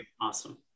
awesome